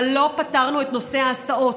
אבל לא פתרנו את נושא ההסעות.